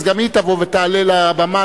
אז גם היא תבוא ותעלה לבמה,